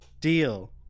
Deal